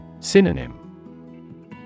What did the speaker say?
Synonym